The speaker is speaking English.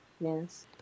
Yes